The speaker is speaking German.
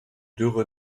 dürre